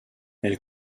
elle